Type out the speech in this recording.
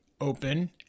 open